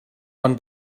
von